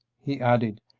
he added,